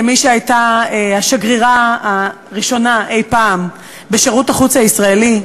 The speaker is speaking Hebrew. כמי שהייתה השגרירה הראשונה אי-פעם בשירות החוץ הישראלי,